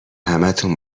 همتون